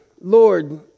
Lord